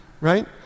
Right